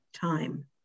time